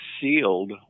sealed